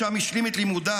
שם השלים את לימודיו,